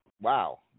Wow